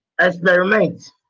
experiment